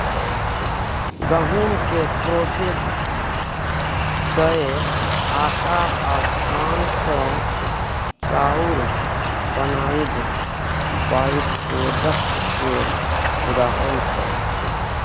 गहुँम केँ प्रोसेस कए आँटा आ धान सँ चाउर बनाएब बाइप्रोडक्ट केर उदाहरण छै